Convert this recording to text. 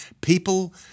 people